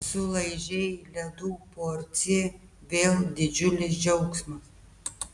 sulaižei ledų porciją vėl didžiulis džiaugsmas